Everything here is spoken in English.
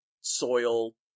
soil